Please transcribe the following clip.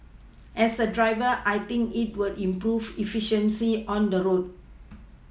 as a driver I think it will improve efficiency on the road